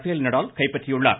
பேல் நடால் கைப்பற்றியுள்ளார்